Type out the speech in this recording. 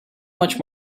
much